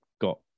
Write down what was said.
got